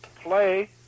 play